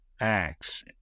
acts